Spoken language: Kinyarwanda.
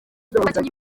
bakinnyi